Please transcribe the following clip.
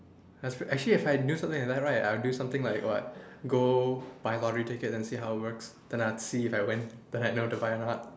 actually if I do something like that right I'll do something like what go buy lottery ticket and see how it works then I'll see if I win then I'll know to buy or not